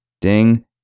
ding